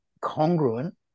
congruent